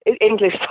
English